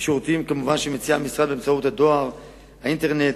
בשירותים שמציע המשרד באמצעות הדואר והאינטרנט,